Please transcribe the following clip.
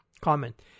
comment